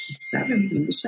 Seven